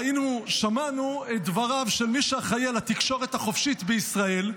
שמענו את דבריו של מי שאחראי לתקשורת החופשית בישראל,